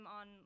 on